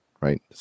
right